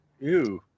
ew